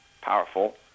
powerful